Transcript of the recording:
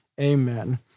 amen